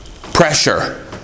pressure